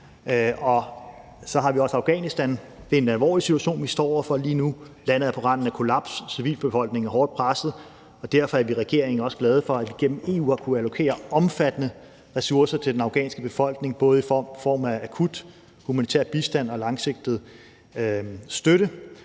Og så har vi også Afghanistan. Det er en alvorlig situation, vi står over for lige nu. Landet er på randen af kollaps, civilbefolkningen er hårdt presset, og derfor er vi i regeringen også glade for, at vi gennem EU har kunnet allokere omfattende ressourcer til den afghanske befolkning, både i form af akut humanitær bistand og langsigtet støtte.